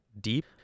deep